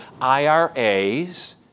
IRAs